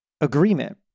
agreement